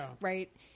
right